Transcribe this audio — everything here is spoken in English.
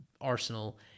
arsenal